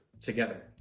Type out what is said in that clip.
together